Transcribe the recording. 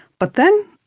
but then,